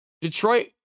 Detroit